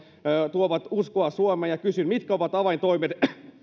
tuovat uskoa suomeen ja kysyn mitkä ovat avaintoimet